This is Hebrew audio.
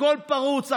הכול פרוץ.